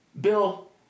Bill